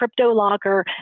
CryptoLocker